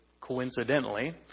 coincidentally